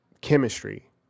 chemistry